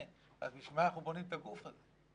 בשביל מה אנחנו בונים את הגוף הזה?